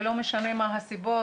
ולא משנה מה הסיבות,